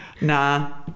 Nah